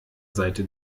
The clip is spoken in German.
seite